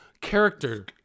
character